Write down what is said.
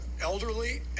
elderly